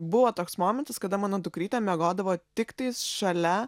buvo toks momentas kada mano dukrytė miegodavo tiktais šalia